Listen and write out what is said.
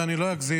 ואני לא אגזים,